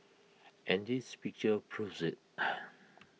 and this picture proves IT